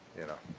you know,